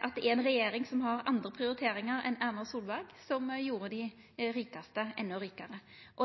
at det er ei regjering som har andre prioriteringar enn Erna Solberg, som gjorde dei rikaste endå rikare.